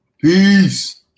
Peace